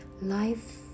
Life